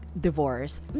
divorce